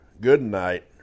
Goodnight